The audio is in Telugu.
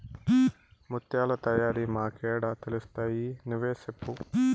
ముత్యాల తయారీ మాకేడ తెలుస్తయి నువ్వే సెప్పు